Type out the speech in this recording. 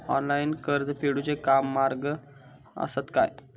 Online कर्ज फेडूचे काय मार्ग आसत काय?